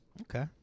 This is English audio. Okay